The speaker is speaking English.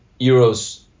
euros